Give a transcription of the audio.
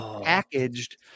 packaged